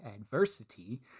adversity